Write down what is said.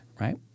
right